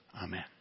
Amen